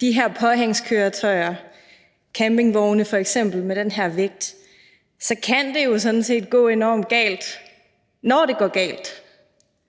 de her påhængskøretøjer, f.eks. campingvogne, med den her vægt, så kan det jo sådan set gå enormt galt, når det går galt.